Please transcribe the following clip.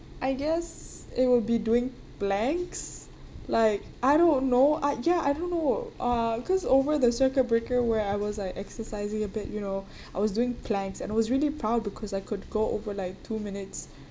I guess it will be doing planks like I don't know I ya I don't know uh because over the circuit breaker where I was like exercising a bit you know I was doing planks and I was really proud because I could go over like two minutes